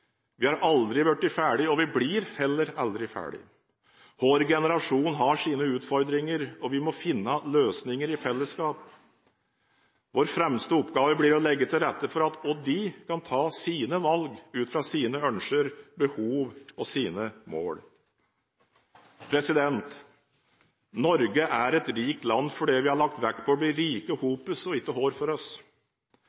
Vi har aldri blitt ferdig, og vi blir heller aldri ferdig. Hver generasjon har sine utfordringer, og vi må finne løsninger i fellesskap. Vår fremste oppgave blir å legge til rette for at de kan ta sine valg – ut fra sine ønsker, behov og mål. Norge er et rikt land fordi vi har lagt vekt på å bli rike